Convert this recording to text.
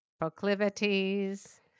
proclivities